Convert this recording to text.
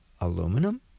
aluminum